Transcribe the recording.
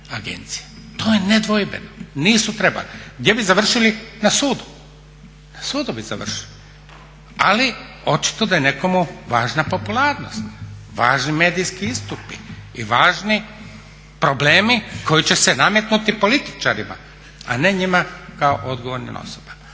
To je nedvojbeno. Nisu trebali. Gdje bi završili? Na sudu, na sudu bi završili. Ali očito da je nekomu važna popularnost, važni medijski istupi i važni problemi koji će se nametnuti političarima a ne njima kao odgovornim osobama.